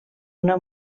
una